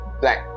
black